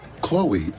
Chloe